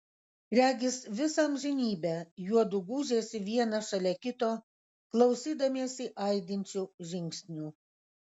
regis visą amžinybę juodu gūžėsi vienas šalia kito klausydamiesi aidinčių žingsnių